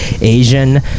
Asian